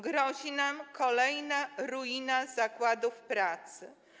Grozi nam kolejna ruina zakładów pracy.